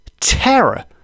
terror